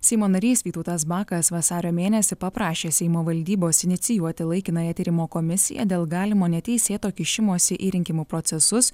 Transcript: seimo narys vytautas bakas vasario mėnesį paprašė seimo valdybos inicijuoti laikinąją tyrimo komisiją dėl galimo neteisėto kišimosi į rinkimų procesus